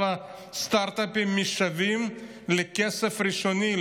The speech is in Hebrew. כל הסטרטאפים משוועים לכסף ראשוני,